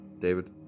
David